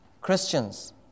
Christians